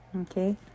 okay